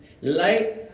light